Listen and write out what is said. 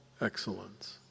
excellence